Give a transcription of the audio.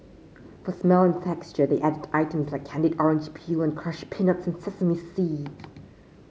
for smell and texture they added items like candied orange peel and crushed peanuts and sesame seeds